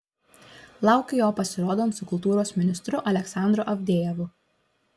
laukiu jo pasirodant su kultūros ministru aleksandru avdejevu